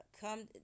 come